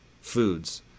foods